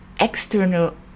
external